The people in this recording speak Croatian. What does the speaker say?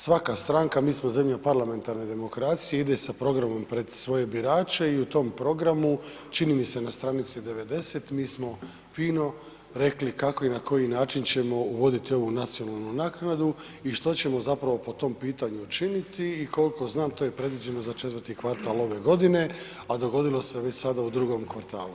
Svaka stranka, mi smo zemlja parlamentarne demokracije ide sa programom pred svoje birače i u tom programu čini mi se na stranici 90 mi smo fino rekli kako i na koji način ćemo uvoditi ovu nacionalnu naknadu i što ćemo zapravo po tome pitanju učiniti i koliko znam to je predviđeno za 4 kvartal ove godine, a dogodilo se već sada u 2 kvartalu.